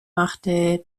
machte